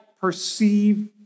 perceive